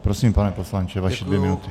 Prosím, pane poslanče, vaše dvě minuty.